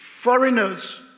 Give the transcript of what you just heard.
foreigners